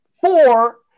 Four